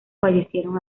fallecieron